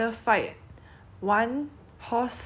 one hundred otter-sized horses